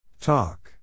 Talk